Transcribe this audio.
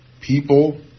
people